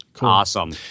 awesome